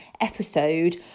episode